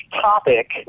topic